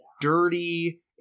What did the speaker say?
dirty